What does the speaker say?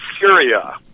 syria